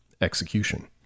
execution